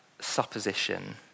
supposition